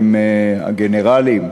הגנרלים,